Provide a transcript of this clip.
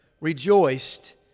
rejoiced